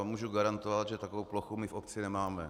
Můžu vám garantovat, že takovou plochu v obci nemáme.